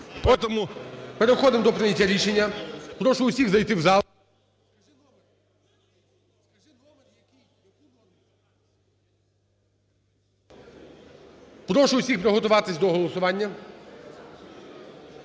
Переходимо до прийняття рішення. Прошу всіх зайти у зал. Прошу всіх приготуватись до голосування.